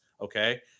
Okay